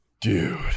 dude